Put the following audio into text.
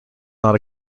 not